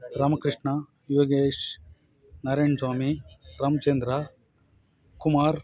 Ramakrishna Yogesh Narayana Swamy Ramachandra Kumar